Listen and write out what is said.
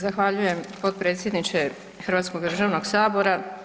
Zahvaljujem potpredsjedniče Hrvatskog državnog sabora.